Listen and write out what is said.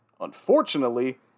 Unfortunately